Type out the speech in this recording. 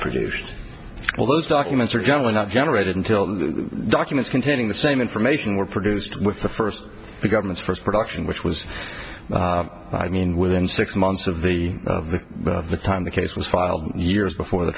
produced all those documents are generally not generated until the documents containing the same information were produced with the first the government's first production which was i mean within six months of the time the case was filed years before the